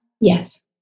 Yes